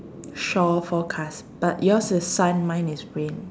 shore forecast but yours is sun mine is wind